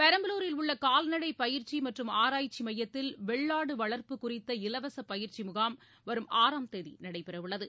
பெரம்பலூரில் உள்ள கால்நடை பயிற்சி மற்றும் ஆராய்ச்சி மையத்தில் வெள்ளாடு வளர்ப்பு குறித்த இலவச பயிற்சி முகாம் வரும் ஆறாம் தேதி நடைபெறவுள்ளது